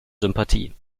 sympathie